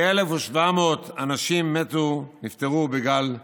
כ-1,700 אנשים נפטרו בגל האומיקרון.